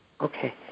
Okay